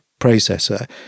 processor